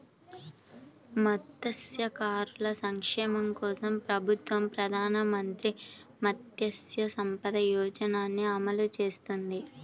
మత్స్యకారుల సంక్షేమం కోసం ప్రభుత్వం ప్రధాన మంత్రి మత్స్య సంపద యోజనని అమలు చేస్తోంది